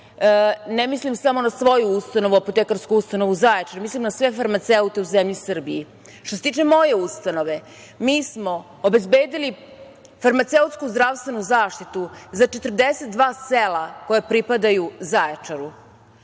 Ne mislim samo na svoju ustanovu, Apotekarsku ustanovu Zaječar, mislim na sve farmaceute u zemlji Srbiji. Što se tiče moje ustanove, mi smo obezbedili farmaceutsku zdravstvenu zaštitu za 42 sela koja pripadaju Zaječaru.